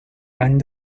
any